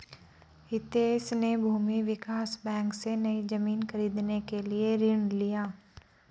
हितेश ने भूमि विकास बैंक से, नई जमीन खरीदने के लिए ऋण लिया